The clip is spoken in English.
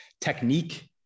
technique